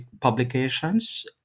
publications